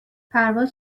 پرواز